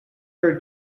her